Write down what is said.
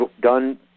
done